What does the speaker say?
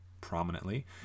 prominently